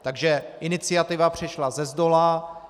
Takže iniciativa přišla zezdola.